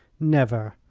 never!